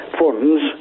funds